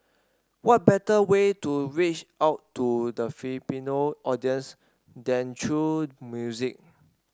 what better way to reach out to the Filipino audience than through music